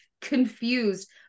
Confused